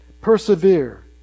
Persevere